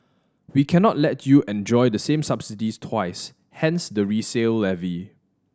we cannot let you enjoy the same subsidies twice hence the resale levy